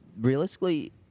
realistically